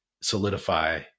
solidify